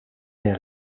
der